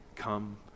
Come